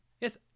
Yes